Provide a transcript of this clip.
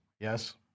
Yes